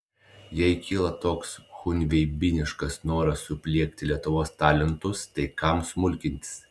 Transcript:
jei kyla toks chunveibiniškas noras supliekti lietuvos talentus tai kam smulkintis